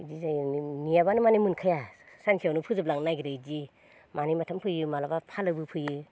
इदि जायो नेयाब्लानो माने मोनखाया सानसेयावनो फोजोबलांनो नागिरो इदि मानै माथाम फैयो माब्लाबा फालोबो फैयो